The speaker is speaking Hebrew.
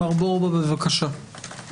מר בורבא, בבקשה.